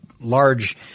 large